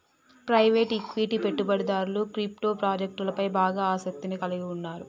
private equity పెట్టుబడిదారులు crypto ప్రాజెక్టులపై బాగా ఆసక్తిని కలిగి ఉన్నరు